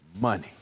money